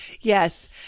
Yes